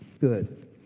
good